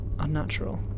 Unnatural